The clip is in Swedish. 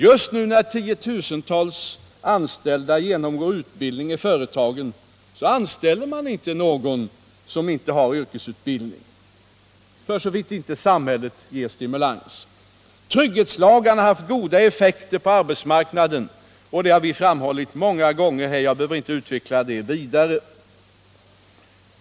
Just nu när tiotusentals anställda genomgår utbildning i företagen anställer man inte någon som saknar yrkesutbildning — för så vitt inte samhället ger stimulans. Trygghetslagarna har haft goda effekter på arbetsmarknaden. Det har vi framhållit här många gånger. Jag behöver inte utveckla den saken vidare.